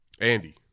Andy